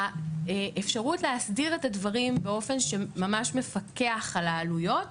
האפשרות להסדיר את הדברים באופן שממש מפקח על העלויות,